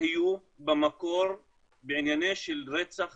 היו במקור בעניינים של רצח